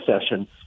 session